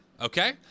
okay